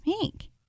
make